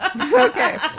Okay